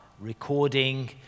recording